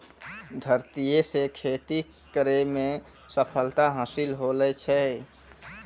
धरतीये से खेती करै मे सफलता हासिल होलो छै